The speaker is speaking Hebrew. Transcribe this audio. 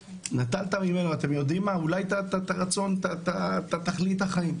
נטלת ממנו אתם יודעים מה, אולי את תכלית החיים.